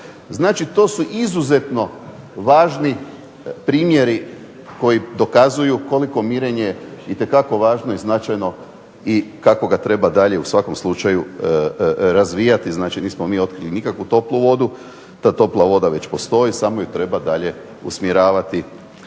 Znači, to su izuzetno važni primjeri koji dokazuju koliko mirenje itekako važno i značajno i kako ga treba dalje u svakom slučaju razvijati. Znači, nismo mi otkrili nikakvu toplu vodu. Ta topla voda već postoji samo je treba dalje usmjeravati